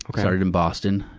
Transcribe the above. started in boston.